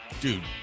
dude